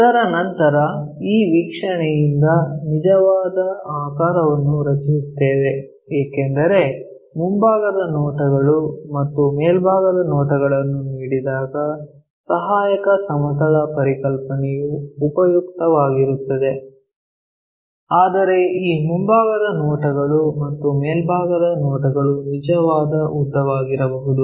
ಅದರ ನಂತರ ಈ ವೀಕ್ಷಣೆಯಿಂದ ನಿಜವಾದ ಆಕಾರವನ್ನು ರಚಿಸುತ್ತೇವೆ ಏಕೆಂದರೆ ಮುಂಭಾಗದ ನೋಟಗಳು ಮತ್ತು ಮೇಲ್ಭಾಗದ ನೋಟಗಳನ್ನು ನೀಡಿದಾಗ ಸಹಾಯಕ ಸಮತಲ ಪರಿಕಲ್ಪನೆಯು ಉಪಯುಕ್ತವಾಗಿರುತ್ತದೆ ಆದರೆ ಈ ಮುಂಭಾಗದ ನೋಟಗಳು ಮತ್ತು ಮೇಲ್ಭಾಗದ ನೋಟಗಳು ನಿಜವಾದ ಉದ್ದವಾಗದಿರಬಹುದು